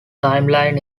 timeline